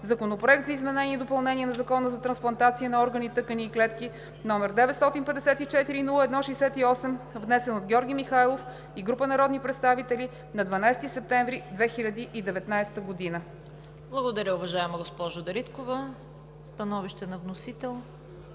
Законопроект за изменение и допълнение на Закона за трансплантация на органи, тъкани и клетки, № 954-01-68, внесен от Георги Михайлов и група народни представители на 12 септември 2019 г.“ ПРЕДСЕДАТЕЛ ЦВЕТА КАРАЯНЧЕВА: Благодаря, уважаема госпожо Дариткова. Становище на вносител